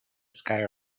sky